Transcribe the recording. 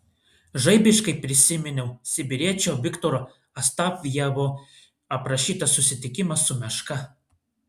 žaibiškai prisiminiau sibiriečio viktoro astafjevo aprašytą susitikimą su meška